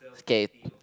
scared